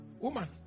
woman